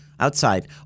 Outside